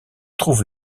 trouve